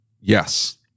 yes